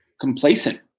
complacent